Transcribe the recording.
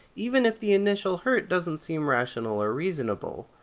even if the initial hurt doesn't seem rational or reasonable.